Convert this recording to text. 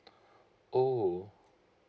oh